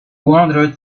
wandered